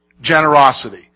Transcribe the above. Generosity